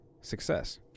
success